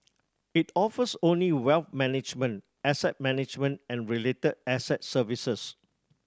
it offers only wealth management asset management and related asset services